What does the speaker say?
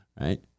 Right